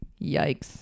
Yikes